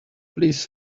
please